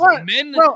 men